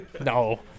No